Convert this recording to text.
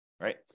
right